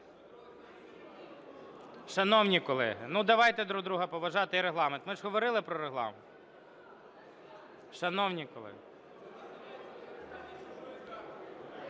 Шановні колеги, давайте друг друга поважати і Регламент. Ми ж говорили про Регламент. Шановні колеги!